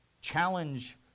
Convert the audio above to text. challenge